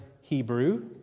Hebrew